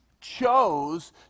chose